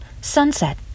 Sunset